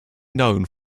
known